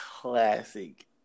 classic